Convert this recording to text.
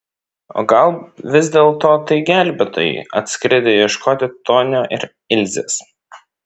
o gal vis dėlto tai gelbėtojai atskridę ieškoti tonio ir ilzės